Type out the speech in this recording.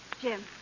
Jim